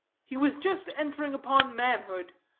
he was just entering upon manhood,